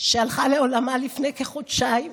שהלכה לעולמה לפני כחודשיים.